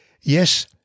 Yes